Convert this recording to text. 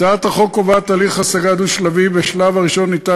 הצעת החוק קובעת הליך השגה דו-שלבי: בשלב הראשון ניתן